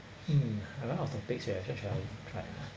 mm a lot of topics you have to try try lah